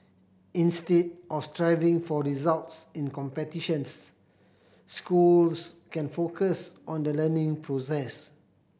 instead of striving for results in competitions schools can focus on the learning process